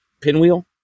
pinwheel